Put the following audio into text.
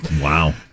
Wow